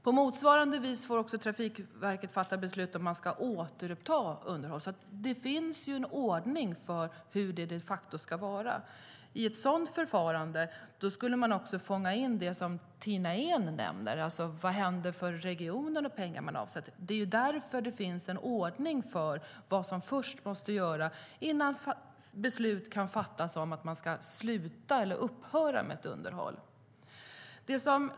På motsvarande vis får Trafikverket också fatta beslut om ifall man ska återuppta underhåll. Det finns alltså en ordning för hur det ska vara. I ett sådant förfarande skulle man också fånga in det som Tina Ehn nämner om vad som händer med regionen och de pengar de avsätter. Det är därför det finns en ordning för vad som först måste göras innan beslut kan fattas om att upphöra med ett underhåll.